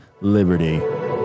liberty